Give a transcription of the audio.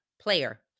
player